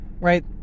right